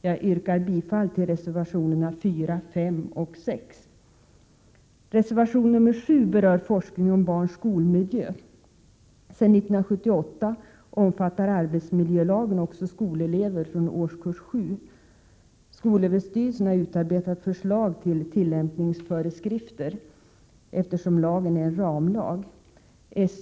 Jag yrkar bifall till reservationerna 4, 5 och 6. I reservation 7 berörs forskning om barns skolmiljö. Sedan 1978 omfattar arbetsmiljölagen också skolelever i årskurs 7. Skolöverstyrelsen har utarbetat förslag till tillämpningsföreskrifter, eftersom lagen är en ramlag.